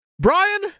Brian